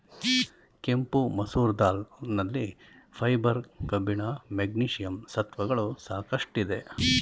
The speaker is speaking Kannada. ಕೆಂಪು ಮಸೂರ್ ದಾಲ್ ನಲ್ಲಿ ಫೈಬರ್, ಕಬ್ಬಿಣ, ಮೆಗ್ನೀಷಿಯಂ ಸತ್ವಗಳು ಸಾಕಷ್ಟಿದೆ